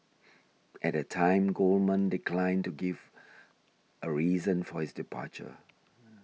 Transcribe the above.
at the time Goldman declined to give a reason for his departure